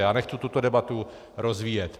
A nechci tuto debatu rozvíjet.